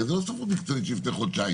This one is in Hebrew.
הרי זו לא ספרות מקצועית של לפני חודשיים,